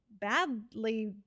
badly